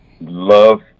love